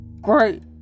Great